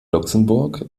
luxemburg